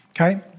Okay